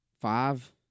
five